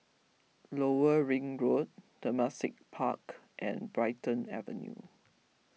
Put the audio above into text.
Lower Ring Road Temasek Club and Brighton Avenue